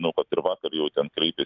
žinau kad ir vakar jau ten kreipėsi